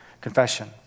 confession